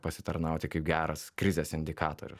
pasitarnauti kaip geras krizės indikatorius